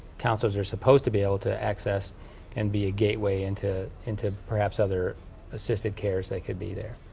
counselors are supposed to be able to access and be a gateway into into perhaps other assisted cares that could be there.